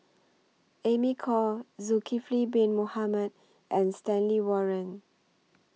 Amy Khor Zulkifli Bin Mohamed and Stanley Warren